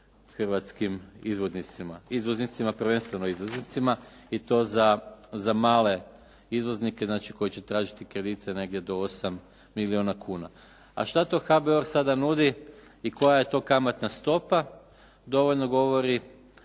hrvatskim izvoznicima, prvenstveno izvoznicima i to za male izvoznike znači koji će tražiti kredite negdje do 8 milijuna kuna. A šta to HBOR sada nudi i koja je to kamatna stopa dovoljno govori